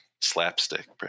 slapstick